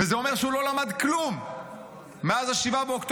וזה אומר שהוא לא למד כלום מאז 7 באוקטובר,